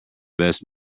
best